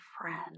friend